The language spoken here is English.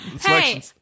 hey